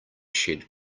shed